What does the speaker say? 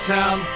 town